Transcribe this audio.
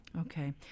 Okay